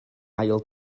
ail